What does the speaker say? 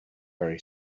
very